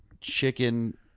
chicken